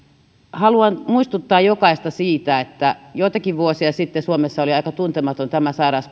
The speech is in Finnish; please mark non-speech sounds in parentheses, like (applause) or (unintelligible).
haluan muistuttaa jokaista siitä että joitakin vuosia sitten suomessa oli aika tuntematon sairaus (unintelligible)